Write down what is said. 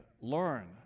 learn